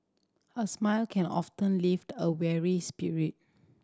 a smile can often lift a weary spirit